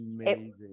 amazing